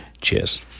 Cheers